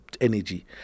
energy